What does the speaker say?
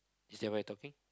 is that what you talking